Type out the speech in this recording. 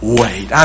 wait